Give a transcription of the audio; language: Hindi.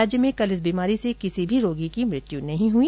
राज्य में कल इस बीमारी से किसी भी रोगी की मृत्यु नहीं हुई